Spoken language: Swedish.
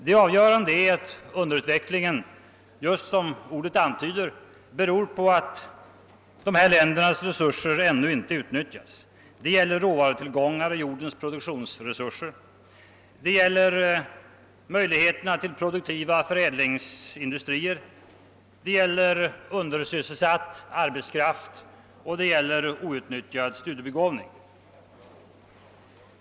Det avgörande är att underutvecklingen just som ordet antyder beror på att dessa länders resurser ännu inte utnyttjats. Det gäller råvarutillgångar och jordens produktionsresurser, det gäller möjligheterna till produktiva förädlingsindustrier, det gäller undersys selsatt arbetskraft och outnyttjad studiebegåvning.